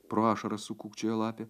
pro ašaras sukūkčiojo lapė